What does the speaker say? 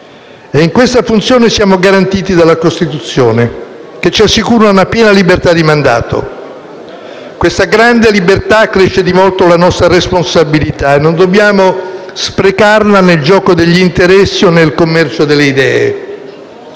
In questa funzione siamo garantiti dalla Costituzione, che ci assicura una piena libertà di mandato. Questa grande libertà accresce di molto la nostra responsabilità e non dobbiamo sprecarla nel gioco degli interessi o nel commercio delle idee.